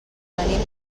venim